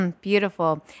Beautiful